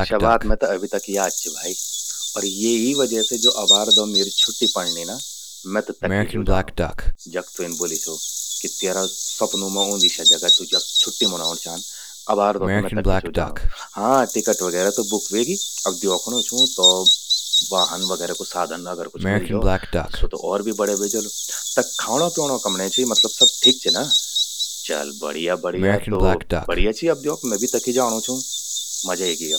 स्या बात मेते अभि तक याद चि भाई, और ये ही वजह से ज्वो अबार दौ म्येरि छुट्टि पण्णिं ना, मौं त तक्खि छूं जांणू जख त्वेन ब्वोलि छो। कि त्येरा सपनूं मां ऊभंदी स्या जगा, तू जख छुट्टि मनौण चांद। अबार दौ त मैं तखि छूं जाणूं। हां टिकट वगैरा त बुक व्हेगि, अब द्योखणूं छूं कि तौ वाहन वगैरा कु साधन कुछ मिल जौ, त स्वो त और भि बण्या व्हे जलु। तख खाणो प्योणों कमण्ये चि मतलब सब ठिक चि ना? चल बढ़िया बढ़िया तो बढ़िया चि अब द्योख मैं भी तखि जाणू छूं, मजा एगि अब.